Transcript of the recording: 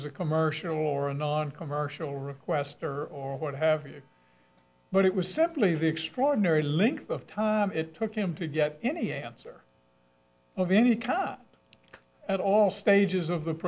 was a commercial or a noncommercial requester or what have you but it was simply the extraordinary length of time it took him to get any answer of any kind of at all stages of a